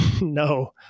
no